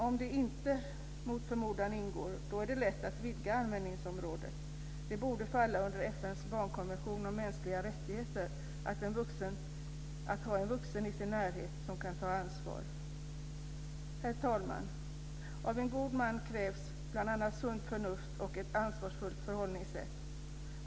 Om det, mot förmodan, inte ingår är det lätt att vidga användningsområdet. Det borde falla under FN:s barnkonvention om mänskliga rättigheter, att man ska ha en vuxen i sin närhet som kan ta ansvar. Herr talman! Av en god man krävs bl.a. sunt förnuft och ett ansvarsfullt förhållningssätt.